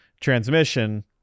Transmission